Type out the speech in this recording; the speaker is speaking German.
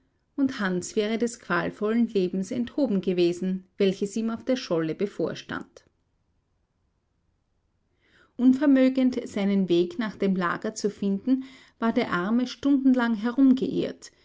und hans wäre des qualvollen lebens enthoben gewesen welches ihm auf der scholle bevorstand unvermögend seinen weg nach dem lager zu finden war der arme stundenlang